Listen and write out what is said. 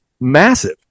massive